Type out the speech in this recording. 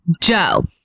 joe